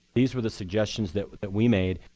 these were the suggestions that that we made.